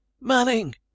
Manning